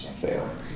Fail